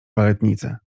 baletnice